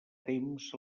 temps